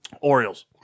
Orioles